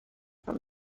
from